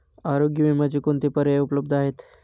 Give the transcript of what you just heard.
आरोग्य विम्याचे कोणते पर्याय उपलब्ध आहेत?